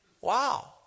Wow